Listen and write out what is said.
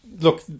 look